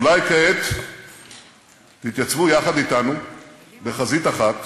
אולי כעת תתייצבו יחד אתנו בחזית אחת